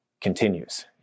continues